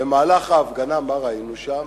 במהלך ההפגנה מה ראינו שם?